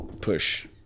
push